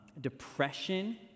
depression